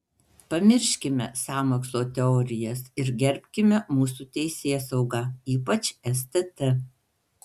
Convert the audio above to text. pamirškime sąmokslo teorijas ir gerbkime mūsų teisėsaugą ypač stt